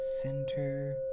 center